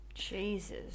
Jesus